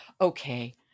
Okay